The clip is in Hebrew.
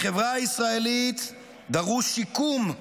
לחברה הישראלית דרוש שיקום,